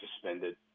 suspended